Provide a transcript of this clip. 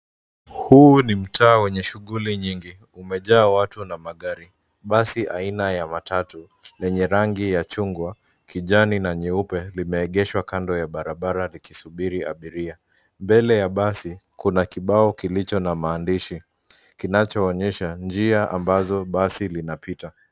Huu ni mtaa wenye shughuli nyingi. Umejaa watu na magari. Basi aina ya matatu lenye rangi ya chungwa, kijani na nyeupe limeegeshwa kando ya barabara likisubiri abiria. Mbele ya basi kuna kibao kilicho na maandishi kinachoonyesha njia ambazo basi linapita.